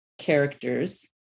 characters